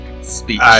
Speech